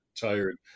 tired